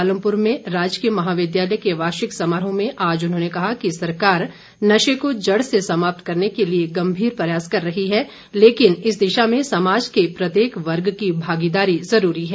पालमपुर में राजकीय महाविद्यालय के वार्षिक समारोह में आज उन्होंने कहा कि सरकार नशे को जड़ से समाप्त करने के लिए गम्मीर प्रयास कर रही है लेकिन इस दिशा में समाज के प्रत्येक वर्ग की भागीदारी ज़रूरी है